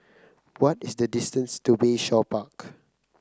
what is the distance to Bayshore Park